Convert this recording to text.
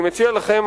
אני מציע לכם,